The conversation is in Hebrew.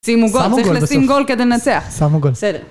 שימו גול, צריך לשים גול כדי לנצח. - שמו גול. - בסדר.